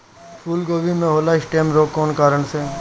फूलगोभी में होला स्टेम रोग कौना कारण से?